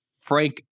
Frank